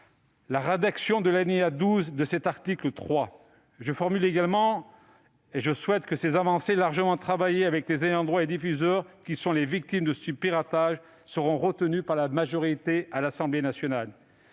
la rédaction de l'alinéa 12 de cet article 3. J'espère que ces avancées, largement travaillées avec les ayants droit et les diffuseurs, qui sont les victimes de ce piratage, seront retenues par la majorité à l'Assemblée nationale.